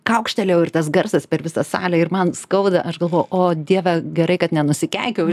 kaukštelėjau ir tas garsas per visą salę ir man skauda aš galvoju o dieve gerai kad nenusikeikiau